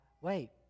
wait